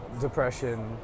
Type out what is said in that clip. depression